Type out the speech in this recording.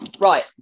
Right